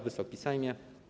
Wysoki Sejmie!